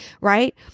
right